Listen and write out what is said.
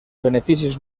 beneficis